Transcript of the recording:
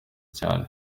cyane